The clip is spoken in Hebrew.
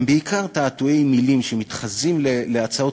הם בעיקר תעתועי מילים שמתחזים להצעות